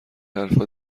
حرفا